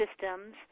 systems